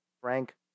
Frank